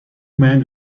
men